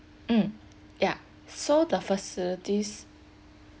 mm ya so the facilities